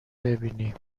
ببینی